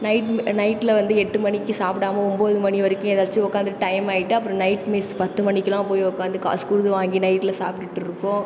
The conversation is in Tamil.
நைட் நைட்டில் வந்து எட்டு மணிக்கு சாப்பிடாம ஒம்பது மணி வரைக்கும் ஏதாச்சும் உட்காந்து டைம் ஆயிட்டு அப்புறம் நைட் மிஸ் பத்து மணிக்குலாம் போய் உட்காந்து காசு கொடுத்து வாங்கி நைட்டில் சாப்பிடுட்டு இருப்போம்